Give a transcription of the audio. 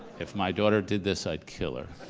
if my daughter did this, i'd kill ah